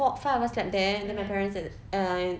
four five of us slept there then my parents at the uh